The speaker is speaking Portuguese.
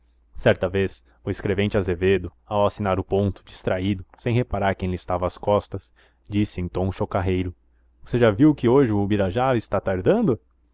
certa vez o escrevente azevedo ao assinar o ponto distraído sem reparar quem lhe estava às costas disse em tom chocarreiro você já viu que hoje o ubirajara está tardando